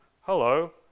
Hello